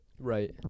Right